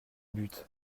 but